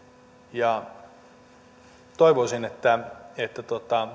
toivoisin että että